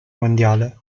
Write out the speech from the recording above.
mondiale